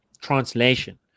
translation